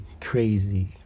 crazy